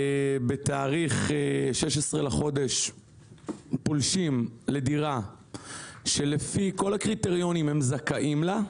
ב-16 בחודש פולשות לדירה שלפי כל הקריטריונים הן זכאיות לה,